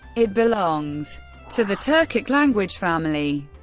it belongs to the turkic language family.